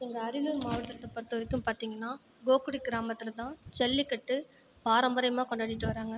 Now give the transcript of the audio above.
எங்கள் அரியலூர் மாவட்டத்தை பொருத்தவரைக்கும் பார்த்தீங்கன்னா கோக்குடி கிராமத்திலேதான் ஜல்லிக்கட்டு பாரம்பரியமாக கொண்டாடிட்டு வராங்க